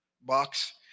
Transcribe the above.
box